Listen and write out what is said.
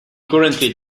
currently